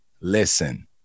listen